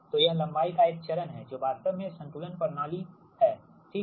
तो यह लंबाई का एक चरण है जो वास्तव में संतुलन प्रणाली हैठीक